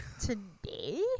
Today